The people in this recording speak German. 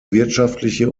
wirtschaftliche